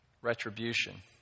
retribution